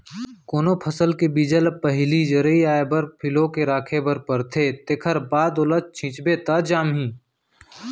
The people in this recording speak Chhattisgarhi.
कोनो फसल के बीजा ल पहिली जरई आए बर फिलो के राखे बर परथे तेखर बाद ओला छिंचबे त जामही